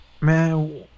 man